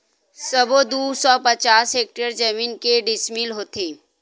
सबो दू सौ पचास हेक्टेयर जमीन के डिसमिल होथे?